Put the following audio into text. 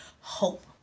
hope